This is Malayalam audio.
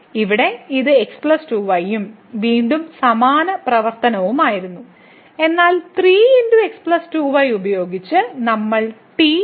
ഇവിടെ ഇത് x 2y ഉം വീണ്ടും സമാന പ്രവർത്തനവുമായിരുന്നു എന്നാൽ 3x2y ഉപയോഗിച്ച് നമ്മൾ t മാറ്റിസ്ഥാപിച്ചു